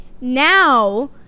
Now